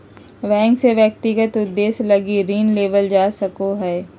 bank से व्यक्तिगत उद्देश्य लगी ऋण लेवल जा सको हइ